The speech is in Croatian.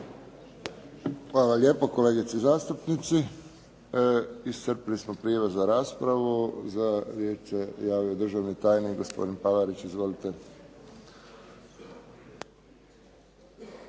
Hvala lijepo kolegici zastupnici. Iscrpili smo prijave za raspravu. Za riječ se javio državni tajnik gospodin Palarić. Izvolite.